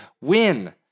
win